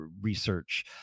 research